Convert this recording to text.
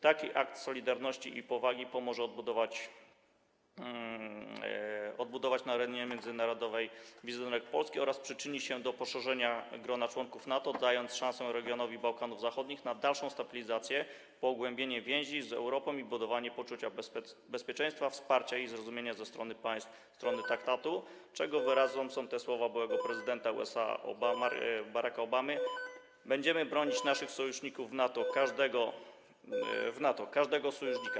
Taki akt solidarności i powagi pomoże odbudować na arenie międzynarodowej wizerunek Polski oraz przyczyni się do poszerzenia grona członków NATO, dając szansę regionowi Bałkanów Zachodnich na dalszą stabilizację, pogłębienie więzi z Europą i budowanie poczucia bezpieczeństwa, wsparcia i zrozumienia ze strony państw stron traktatu, czego wyrazem są te słowa byłego prezydenta USA Baracka Obamy: Będziemy bronić naszych sojuszników w NATO, każdego sojusznika.